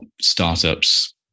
startups